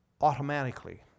automatically